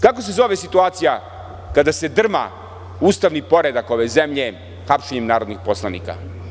Kako se zove situacija kada se drma ustavni poredak ove zemlje hapšenjem narodnih poslanika?